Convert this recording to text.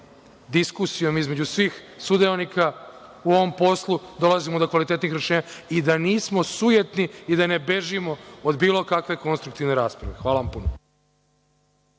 diskusijom između svih sudionika u ovom poslu, dolazimo do kvalitetnih rešenja i da nismo sujetni i da ne bežimo od bilo kakve konstruktivne rasprave. Hvala puno.